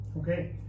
Okay